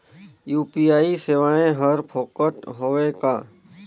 UPI सेवाएं हर फोकट हवय का?